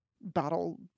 battle